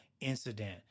incident